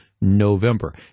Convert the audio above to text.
November